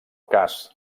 cas